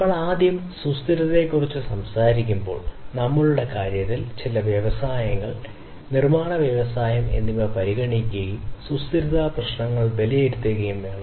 നമ്മൾ ആദ്യം സുസ്ഥിരതയെക്കുറിച്ച് സംസാരിക്കുമ്പോൾ നമ്മളുടെ കാര്യത്തിൽ ചില വ്യവസായങ്ങൾ നിർമ്മാണ വ്യവസായം എന്നിവ പരിഗണിക്കുകയും സുസ്ഥിരതാ പ്രശ്നങ്ങൾ വിലയിരുത്തുകയും വേണം